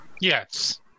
Yes